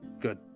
Good